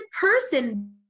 person